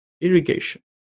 irrigation